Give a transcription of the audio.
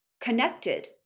connected